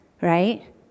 right